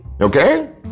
Okay